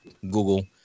Google